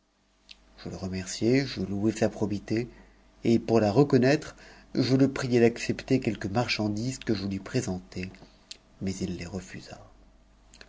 je le remerciai je louai sa probité et pour la reconnattre le priai d'accepter quelques marchandises que je lui présentai mais il s refusa